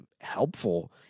helpful